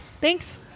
Thanks